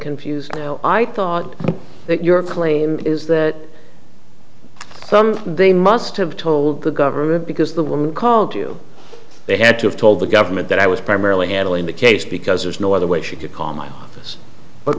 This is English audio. confused i thought your claim is that something they must have told the government because the woman called you they had to have told the government that i was primarily handling the case because there's no other way she could call my office but